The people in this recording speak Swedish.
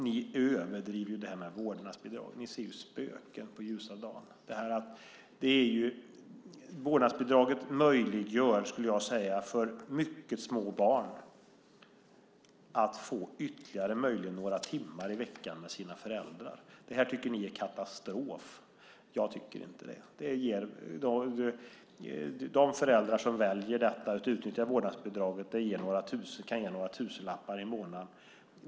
Ni överdriver detta med vårdnadsbidrag och ser spöken på ljusa dagen. Vårdnadsbidraget möjliggör för mycket små barn att möjligen få ytterligare några timmar i veckan med sina föräldrar. Det tycker ni är katastrof. Jag tycker inte det. De föräldrar som väljer att utnyttja vårdnadsbidraget får några tusenlappar i månaden.